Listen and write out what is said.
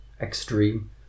Extreme